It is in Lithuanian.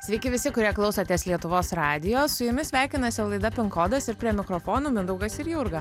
sveiki visi kurie klausotės lietuvos radijo su jumis sveikinasi laida pin kodas ir prie mikrofonų mindaugas ir jurga